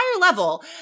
level